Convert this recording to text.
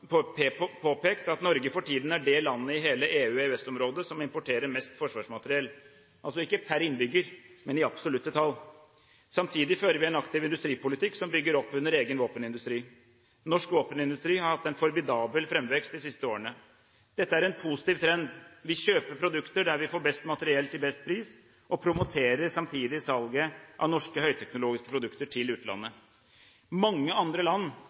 påpekt at Norge for tiden er det landet i hele EU/EØS-området som importerer mest forsvarsmateriell – altså ikke per innbygger, men i absolutte tall. Samtidig fører vi en aktiv industripolitikk som bygger opp under egen våpenindustri. Norsk våpenindustri har hatt en formidabel fremvekst de siste årene. Dette er en positiv trend. Vi kjøper produkter der vi får best materiell til best pris, og promoterer samtidig salget av norske høyteknologiske produkter til utlandet. Mange andre land